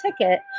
ticket